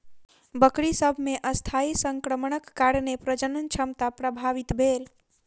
बकरी सभ मे अस्थायी संक्रमणक कारणेँ प्रजनन क्षमता प्रभावित भेल